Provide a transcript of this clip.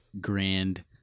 grand